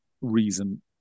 reason